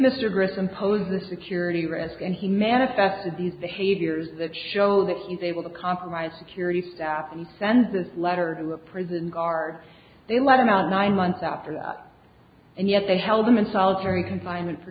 mr griffin pose a security risk and he manifested these behaviors that show that he's able to compromise security staff and send this letter to a prison guard they let him out nine months after that and yet they held him in solitary confinement for